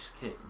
king